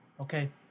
Okay